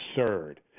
absurd